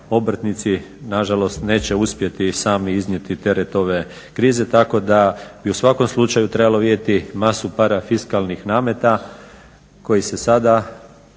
obrtnici nažalost neće uspjeti sami iznijeti teret ove krize. Tako da bi u svakom slučaju trebalo vidjeti masu parafiskalnih nameta koji se sada,